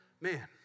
man